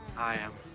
i am.